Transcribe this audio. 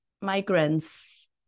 migrants